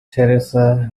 teresa